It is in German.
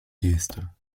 geste